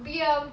be a